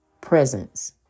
presence